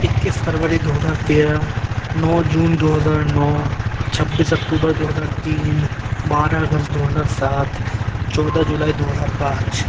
اکیس فروری دو ہزار تیرہ نو جون دو ہزار نو چھبیس اکٹوبر دو ہزار تین بارہ اگست دو ہزار سات چودہ جولائی دو ہزار پانچ